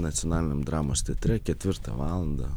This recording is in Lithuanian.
nacionaliniam dramos teatre ketvirtą valandą